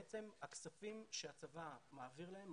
בעצם הכספים שהצבא מעביר להם,